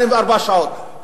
24 שעות,